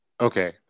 Okay